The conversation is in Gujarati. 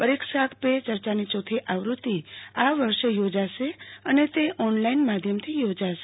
પરીક્ષા પેચર્ચાની ચોથી આવૃત્તિ આ વર્ષે યોજાશે અને તે ઓનલાઇન માધ્યમથી યોજાશે